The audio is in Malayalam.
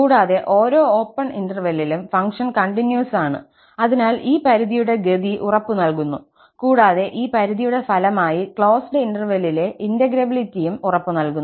കൂടാതെ ഓരോ ഓപ്പൺ ഇന്റർവെല്ലിലും ഫംഗ്ഷൻ കണ്ടിന്യൂസ് ആണ് അതിനാൽ ഈ പരിധിയുടെ ഗതി ഉറപ്പുനൽകുന്നു കൂടാതെ ഈ പരിധിയുടെ ഫലമായി ക്ലോസ്ഡ് ഇന്റർവെല്ലിലെ ഇന്റെഗ്രേബിലിറ്റിയും ഉറപ്പുനൽകുന്നു